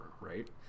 Right